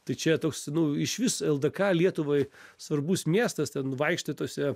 tai čia toks nu išvis eldėka lietuvai svarbus miestas ten vaikštai tose